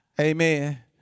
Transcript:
Amen